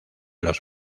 los